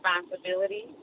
responsibility